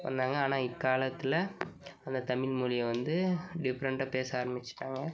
வந்தாங்க ஆனால் இக்காலத்தில் அந்த தமிழ் மொழியை வந்து டிஃப்ரெண்ட்டாக பேச ஆரம்பிச்சுட்டாங்க